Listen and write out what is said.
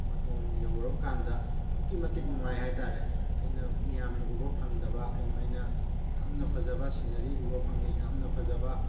ꯃꯇꯣꯟ ꯌꯧꯔꯕꯀꯥꯟꯗ ꯑꯗꯨꯛꯀꯤ ꯃꯇꯤꯛ ꯅꯨꯉꯥꯏ ꯍꯥꯏꯇꯥꯔꯦ ꯑꯩꯅ ꯃꯤꯌꯥꯝꯅ ꯎꯕ ꯐꯪꯗꯕ ꯑꯩꯅ ꯌꯥꯝꯅ ꯐꯖꯕ ꯁꯤꯟꯅꯔꯤ ꯎꯕ ꯐꯪꯏ ꯌꯥꯝꯅ ꯐꯖꯕ